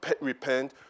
repent